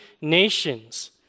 nations